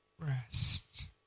rest